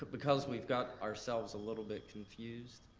but because we've got ourselves a little bit confused,